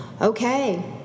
Okay